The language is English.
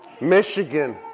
Michigan